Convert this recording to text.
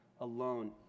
alone